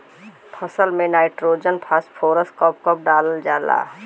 फसल में nitrogen phosphorus कब कब डालल जाला?